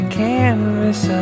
canvas